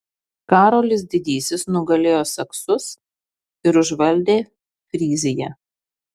karolis didysis nugalėjo saksus ir užvaldė fryziją